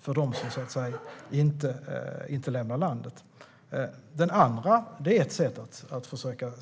för dem som inte lämnar landet. Det är ett sätt att försöka